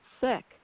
sick